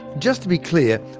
just to be clear.